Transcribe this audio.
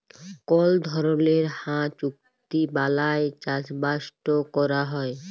call ধরলের হাঁ চুক্তি বালায় চাষবাসট ক্যরা হ্যয়